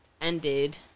ended